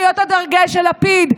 להיות הדרגש של לפיד,